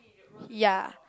ya